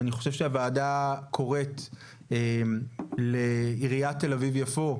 והוועדה קוראת לעיריית תל אביב-יפו,